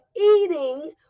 eating